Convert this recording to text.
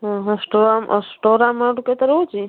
ହଁ ହଁ store amount କେତେ ରହୁଛି